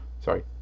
Sorry